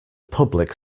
public